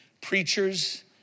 preachers